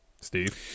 steve